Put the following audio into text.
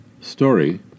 Story